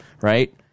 Right